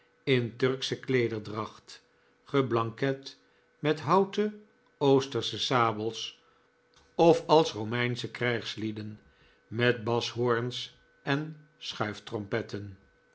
in turksche kleederdracht geblanket en met houten oostersche sabels of als romeinsche krijgslieden met bashoorns en